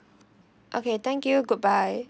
okay thank you goodbye